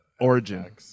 Origin